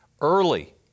early